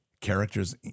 Characters